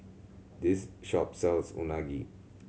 this shop sells Unagi